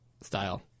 style